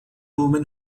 woman